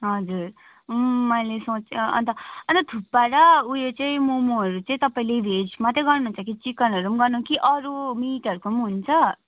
हजुर अँ मैले सोच अन्त अन्त थुक्पा र उयो चाहिँ मोमोहरू चाहिँ तपाईँले भेज मात्रै गर्नुहुन्छ कि चिकनहरू पनि गर्नु कि अरू मिटहरूको पनि हुन्छ